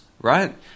right